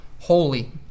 holy